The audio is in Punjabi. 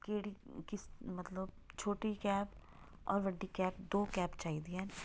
ਕਿਹੜੀ ਕਿਸ ਮਤਲਬ ਛੋਟੀ ਕੈਬ ਔਰ ਵੱਡੀ ਕੈਬ ਦੋ ਕੈਬ ਚਾਹੀਦੀਆਂ ਹੈ